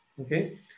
okay